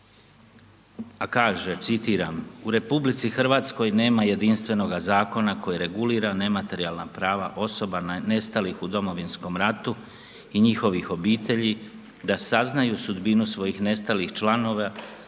A kaže, citiram, u RH nema jedinstvenoga zakona koji regulira nematerijalna prava osoba nestalih u Domovinskom ratu i njihovih obitelji da saznaju sudbinu svojih nestalih članova